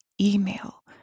email